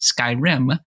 Skyrim